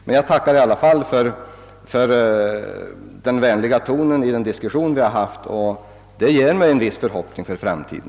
Jag tackar emellertid för den vänliga tonen i den diskussion vi här fört; den ger mig ändå, trots allt, vissa förhoppningar för framtiden.